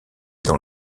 dans